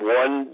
one